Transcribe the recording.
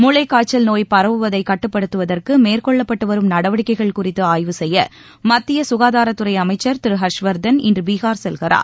முளைக்காய்ச்சல் நோய் பரவுவதை கட்டுப்படுத்துவதற்கு மேற்கொள்ளப்பட்டு வரும் நடவடிக்கைகள் குறித்து ஆய்வு செய்ய மத்திய சுகாதாரத்துறை அமைச்சர் திரு ஹர்ஷ்வர்தன் இன்று பீகார் செல்கிறார்